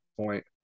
point